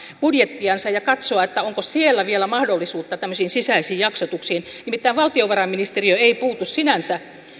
budjettiansa ja katsoa onko siellä vielä mahdollisuutta tämmöisiin sisäisiin jaksotuksiin nimittäin valtiovarainministeriö ei puutu sinänsä